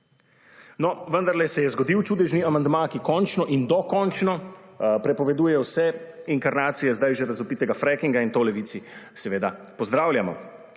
No, vendarle se je zgodil čudežni amandma, ki končno in dokončno prepoveduje vse inkarnacije zdaj že razvpitega frackinga in to v Levici seveda pozdravljamo.